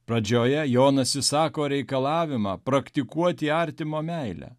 pradžioje jonas išsako reikalavimą praktikuoti artimo meilę